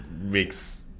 makes